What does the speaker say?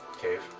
Cave